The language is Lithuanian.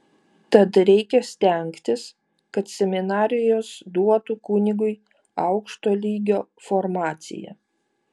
tad reikia stengtis kad seminarijos duotų kunigui aukšto lygio formaciją